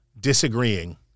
disagreeing